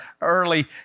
early